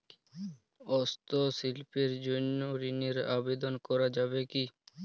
হস্তশিল্পের জন্য ঋনের আবেদন করা যাবে কি?